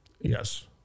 Yes